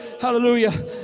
hallelujah